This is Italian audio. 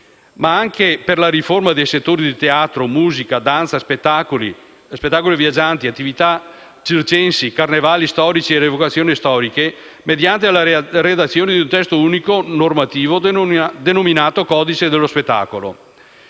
Ma anche per la riforma dei settori di teatro, musica, danza, spettacoli viaggianti, attività circensi, carnevali storici e rievocazioni storiche, mediante la redazione di un testo unico normativo denominato "codice dello spettacolo".